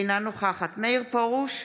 אינה נוכחת מאיר פרוש,